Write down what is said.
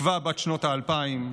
התקווה בת שנות האלפיים,